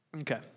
Okay